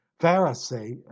Pharisee